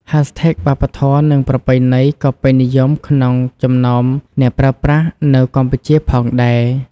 hashtag វប្បធម៌ និងប្រពៃណីក៏ពេញនិយមក្នុងចំណោមអ្នកប្រើប្រាស់នៅកម្ពុជាផងដែរ។